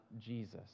Jesus